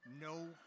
No